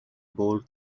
ball